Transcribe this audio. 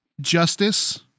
Justice